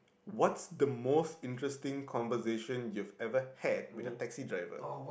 what's the most interesting conversation you ever had with a taxi driver